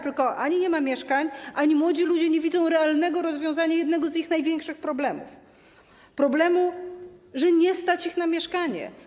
Tylko ani nie ma mieszkań, ani młodzi ludzie nie widzą realnego rozwiązania jednego z ich największych problemów, tego problemu, że nie stać ich na mieszkanie.